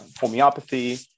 homeopathy